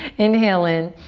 inhale in,